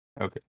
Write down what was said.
Okay